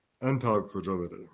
anti-fragility